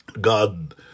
God